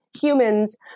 humans